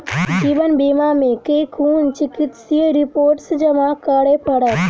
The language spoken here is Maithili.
जीवन बीमा मे केँ कुन चिकित्सीय रिपोर्टस जमा करै पड़त?